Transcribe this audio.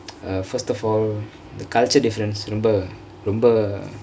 uh first of all the culture difference ரொம்ப ரொம்ப:romba romba